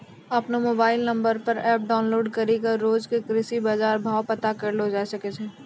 आपनो mobile number पर app download करी कॅ भी रोज के कृषि बाजार भाव पता करै ल सकै छो